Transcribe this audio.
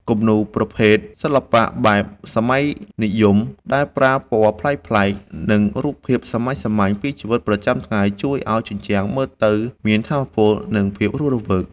គំនូរប្រភេទ សិល្បៈបែបសម័យនិយម ដែលប្រើពណ៌ប្លែកៗ និងរូបភាពសាមញ្ញៗពីជីវិតប្រចាំថ្ងៃ ជួយឱ្យជញ្ជាំងមើលទៅមានថាមពល និងភាពរស់រវើក។